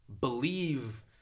believe